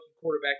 quarterback